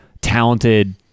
talented